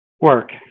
Work